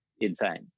insane